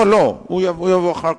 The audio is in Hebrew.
לא לא, הוא יבוא אחר כך.